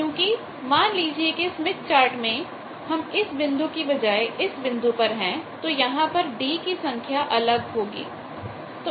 क्योंकि मान लीजिए कि स्मिथ चार्ट मैं हम इस बिंदु की बजाय इस बिंदु पर हैं तो यहां पर d की संख्या अलग होगी